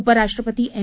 उपराष्ट्रपती एम